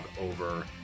over